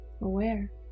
aware